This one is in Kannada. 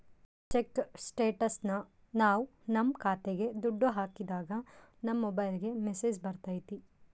ಚೆಕ್ ಸ್ಟೇಟಸ್ನ ನಾವ್ ನಮ್ ಖಾತೆಗೆ ದುಡ್ಡು ಹಾಕಿದಾಗ ನಮ್ ಮೊಬೈಲ್ಗೆ ಮೆಸ್ಸೇಜ್ ಬರ್ತೈತಿ